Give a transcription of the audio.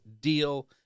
deal